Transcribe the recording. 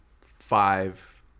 five